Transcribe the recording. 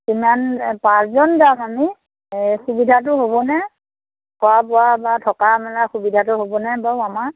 কিমান পাঁচজন যাম আমি এই সুবিধাটো হ'বনে খোৱা বোৱা বা থকা মেলাৰ সুবিধাটো হ'বনে বাৰু আমাৰ